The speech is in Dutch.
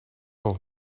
nog